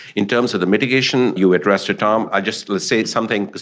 in terms of the mitigation you addressed to tom, i just will say something,